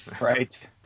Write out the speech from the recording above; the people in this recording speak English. right